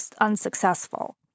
unsuccessful